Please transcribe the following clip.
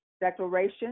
Declaration